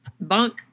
bunk